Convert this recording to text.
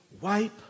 Wipe